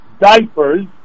diapers